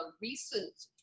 recent